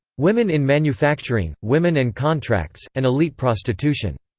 women in manufacturing, women and contracts, and elite prostitution.